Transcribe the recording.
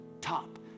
top